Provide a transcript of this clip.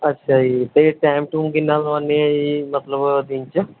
ਅੱਛਾ ਜੀ ਅਤੇ ਟਾਈਮ ਟੂਮ ਕਿੰਨਾ ਲਗਵਾਉਂਦੇ ਹੈਂ ਜੀ ਮਤਲਬ ਦਿਨ 'ਚ